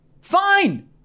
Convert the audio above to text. fine